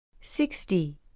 Sixty